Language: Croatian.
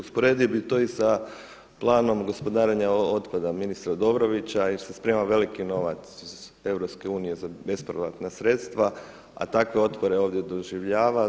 Usporedio bi to i sa planom gospodarenja otpada, ministra Dobrovića jer se sprema veliki novac iz EU bespovratna sredstva, a takve otpore ovdje doživljava.